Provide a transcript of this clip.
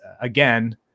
again